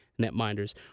netminders